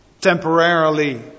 temporarily